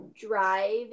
drive